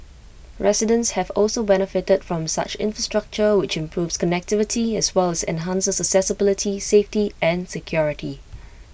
residents have also benefited from such infrastructure which improves connectivity as well as enhances accessibility safety and security